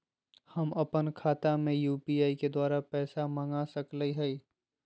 हम अपन खाता में यू.पी.आई के द्वारा पैसा मांग सकई हई?